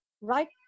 right